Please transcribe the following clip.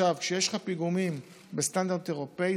כשיש לך פיגומים בסטנדרט אירופי,